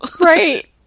Right